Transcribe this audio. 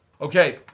okay